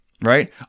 Right